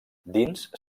dins